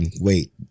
Wait